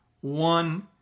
One